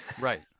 right